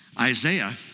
Isaiah